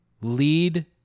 lead